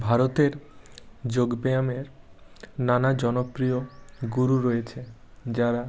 ভারতের যোগব্যায়ামে নানা জনপ্রিয় গুরু রয়েছে যারা